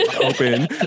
open